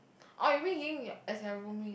orh you mean ying as in your roomie